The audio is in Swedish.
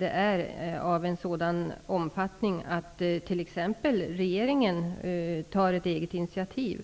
är av en sådan omfattning att t.ex. regeringen tar ett eget initiativ.